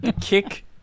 Kick